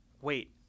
Wait